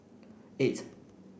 eight